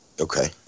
Okay